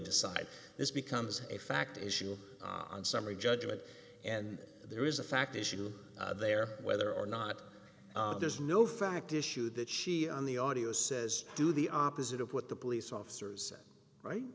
decide this becomes a fact issue on summary judgment and there is a fact issue there whether or not there's no fact issue that she on the audio says do the opposite of what the police officers are right